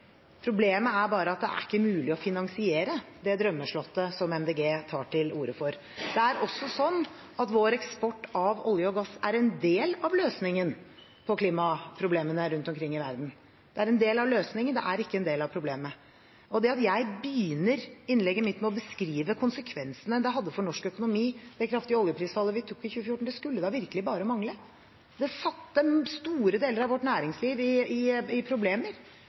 Problemet er bare at det ikke er mulig å finansiere det drømmeslottet som Miljøpartiet De Grønne tar til orde for. Det er også sånn at vår eksport av olje og gass er en del av løsningen på klimaproblemene rundt omkring i verden – det er en del av løsningen, det er ikke en del av problemet. Og det at jeg begynner innlegget mitt med å beskrive de konsekvensene det kraftige oljeprisfallet vi fikk i 2014, hadde for norsk økonomi, skulle da virkelig bare mangle. Det ga store deler av vårt næringsliv